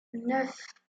neuf